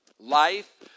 life